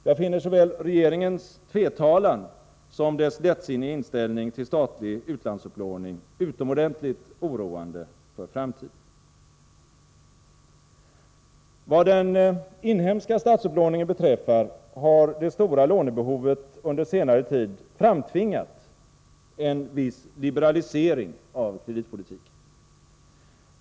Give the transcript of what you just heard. Jag finner såväl regeringens tvetalan som dess lättsinniga inställning till statlig utlandsupplåning utomordentligt oroande för framtiden. Vad den inhemska statsupplåningen beträffar har det stora lånebehovet under senare tid framtvingat en viss liberalisering av kreditpolitiken.